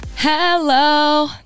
Hello